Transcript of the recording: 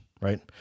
right